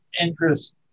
interest